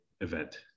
event